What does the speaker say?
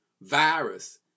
virus